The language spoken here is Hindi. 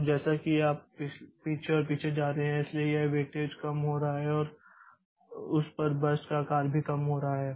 तो जैसा कि आप पीछे और पीछे जा रहे हैं इसलिए यह वेटेज कम हो रहा है और उस पर बर्स्ट का आकार भी कम हो रहा है